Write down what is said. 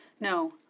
No